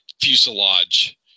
fuselage